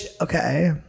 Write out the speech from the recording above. okay